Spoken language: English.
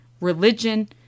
religion